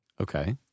Okay